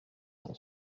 cent